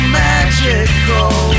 magical